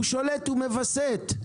הוא שולט, הוא מווסת.